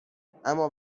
اما